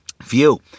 view